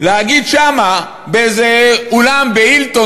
להגיד שם באיזה אולם ב"הילטון",